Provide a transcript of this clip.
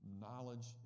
knowledge